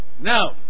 Now